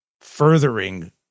furthering